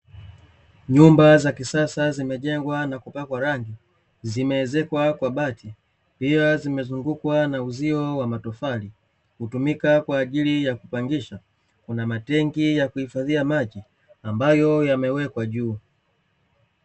Nyumba za kisasa zimejengwa na kupakwa rangi, zimeezekwa kwa bati. Pia zimezungukwa na uzio wa matofali. Hutumika kwa ajili ya kupangisha, kuna matenki ya kuhifadhia maji ambayo yamewekwa juu.